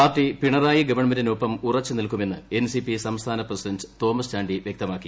party Pinarayi ഗവൺമെന്റിനൊപ്പം ഉറച്ചു നിൽക്കുമെന്ന് എൻസിപി സംസ്ഥാന പ്രസിഡന്റ് തോ്മസ് ചാണ്ടി വ്യക്തമാക്കി